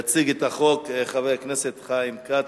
יציג את הצעת החוק חבר הכנסת חיים כץ,